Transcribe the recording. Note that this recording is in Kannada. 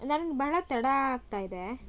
ನನ್ಗೆ ಬಹಳ ತಡ ಆಗ್ತಾಯಿದೆ